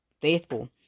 faithful